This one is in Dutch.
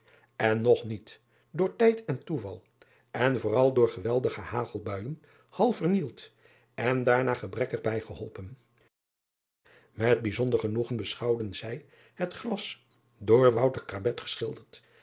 en nog niet door tijd en toeval en vooral door geweldige hagelbuijen half vernield en daarna gebrekkig bijgeholpen et bijzonder genoegen beschouwden zij het glas door geschilderd